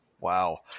Wow